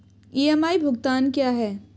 EMI भुगतान क्या है?